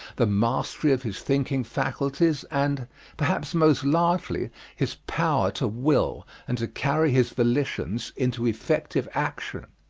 the mastery of his thinking faculties, and perhaps most largely his power to will and to carry his volitions into effective action.